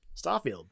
Starfield